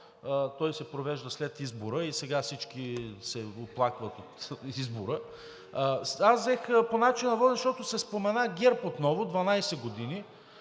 той се провежда след избора и сега всички се оплакват от избора. Аз взех по начина на водене, защото се спомена ГЕРБ отново – 12 години.